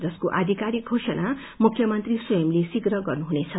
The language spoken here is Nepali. जसको अधिकारिक धोषणा मुख्यमन्त्री स्वयमले शीव्र गर्नुहुनेछ